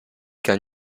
qu’un